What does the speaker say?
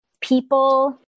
people